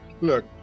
Look